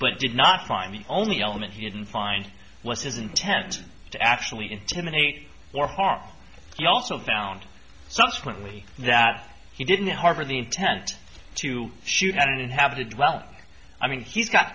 but did not find the only element he didn't find was his intent to actually intimidate or harm he also found subsequently that he didn't harbor the intent to shoot an inhabited well i mean he's got